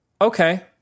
okay